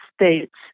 States